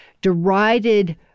derided